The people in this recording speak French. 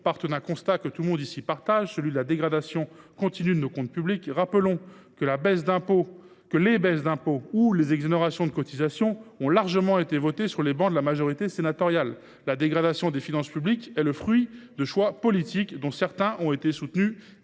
parte du constat, partagé dans cet hémicycle, de la dégradation continue de nos comptes publics, je rappelle que des baisses d’impôt et des exonérations de cotisations ont largement été votées sur les travées de la majorité sénatoriale. La dégradation des finances publiques est le fruit de choix politiques dont certains ont été soutenus